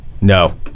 no